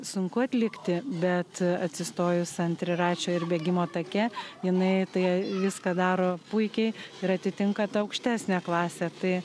sunku atlikti bet atsistojus ant triračio ir bėgimo take jinai tai a viską daro puikiai ir atitinka tą aukštesnę klasę tai